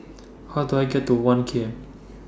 How Do I get to one K M